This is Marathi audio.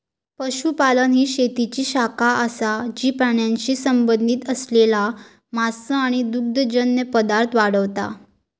पशुपालन ही शेतीची शाखा असा जी प्राण्यांशी संबंधित असलेला मांस आणि दुग्धजन्य पदार्थ वाढवता